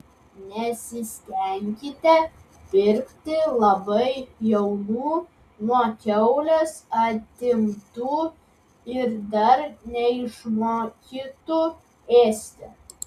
nesistenkite pirkti labai jaunų nuo kiaulės atimtų ir dar neišmokytų ėsti